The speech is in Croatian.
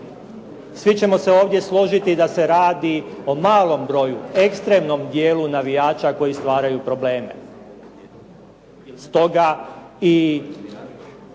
Svi ćemo se ovdje složiti da se radi o malom broju, ekstremnom dijelu navijača koji stvaraju probleme.